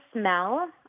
smell